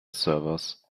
servers